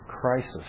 crisis